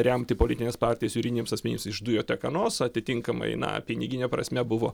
remti politines partijas juridiniams asmenims iš dujotekanos atitinkamai na pinigine prasme buvo